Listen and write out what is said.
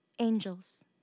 Angels